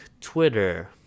Twitter